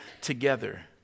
together